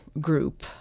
group